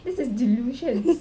this is delusions